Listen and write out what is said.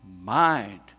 mind